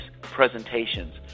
presentations